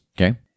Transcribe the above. Okay